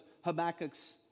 Habakkuk's